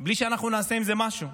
בלי שאנחנו נעשה עם זה משהו.